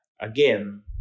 again